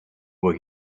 were